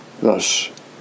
Thus